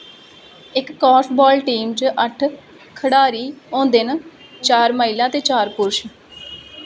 इक korfball team च अट्ठ खढारी होंदे न चार महिलां ते चार पुरश